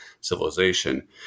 civilization